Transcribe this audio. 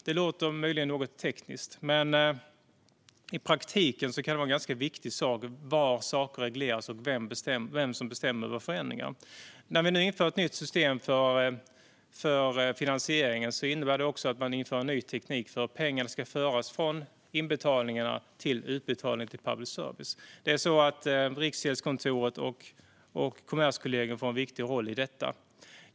Det låter möjligen något tekniskt, men i praktiken kan det vara ganska viktigt var saker regleras och vem som bestämmer över förändringar. När vi nu inför ett nytt system för finansieringen innebär det också att man inför en ny teknik för hur pengar ska föras från inbetalningarna till utbetalning till public service. Riksgäldskontoret och Kommerskollegium får viktiga roller i detta.